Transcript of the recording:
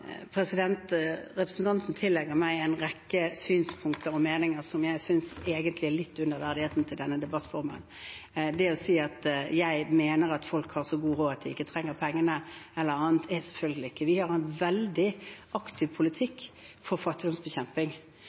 Representanten tillegger meg en rekke synspunkter og meninger som jeg synes egentlig er litt under verdigheten til denne debattformen – det å si at jeg mener folk har så god råd at de ikke trenger pengene eller annet. Det mener jeg selvfølgelig ikke. Vi har en veldig aktiv politikk for fattigdomsbekjemping.